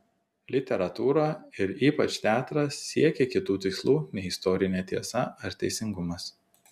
literatūra ir ypač teatras siekia kitų tikslų nei istorinė tiesa ar teisingumas